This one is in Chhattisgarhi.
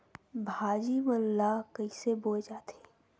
भाजी मन ला कइसे बोए जाथे?